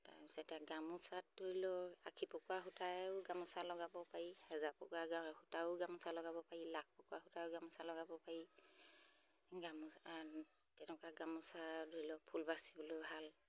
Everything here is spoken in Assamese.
তাৰপিছত এতিয়া গামোচাত ধৰি লওক আশী পকোৱা সূতায়ো গামোচা লগাব পাৰি সেজা পকোৱা সূতাও গামোচা লগাব পাৰি লাখ পকোৱা সূতাও গামোচা লগাব পাৰি গামোচা তেনেকুৱা গামোচা ধৰি লওক ফুল বাচিবলৈ ভাল